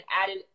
added